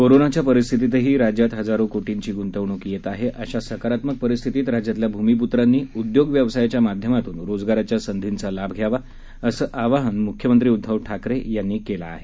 कोरोनाच्या परिस्थितीतही राज्यात हजारो कोटींची गुंतवणूक येत आहे अशा सकारात्मक परिस्थितीत राज्यातल्या भूमीपुत्रांनी उद्योग व्यवसायाच्या माध्यमातून रोजगाराच्या संधींचा लाभ घ्यावा असं आवाहन मुख्यमंत्री उद्दव ठाकरे यांनी केलं आहे